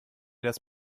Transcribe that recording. das